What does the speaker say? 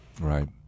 Right